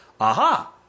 Aha